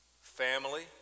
family